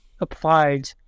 applied